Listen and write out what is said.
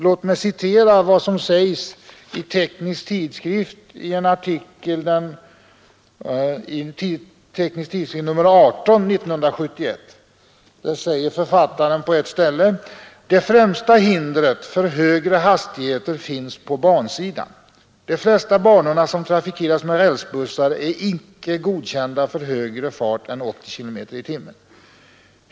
Låt mig citera vad som sägs i en artikel i Teknisk Tidskrift nr 18 år 1971: ”De främsta hindren för högre hastigheter finns på bansidan. De flesta banorna, som trafikeras med rälsbussar, är inte godkända för högre fart än 80 km/h.